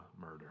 murder